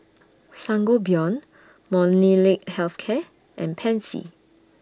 Sangobion Molnylcke Health Care and Pansy